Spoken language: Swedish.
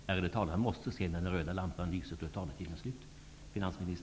Den ärade talaren måste se när den röda lampan lyser. Då är talartiden slut.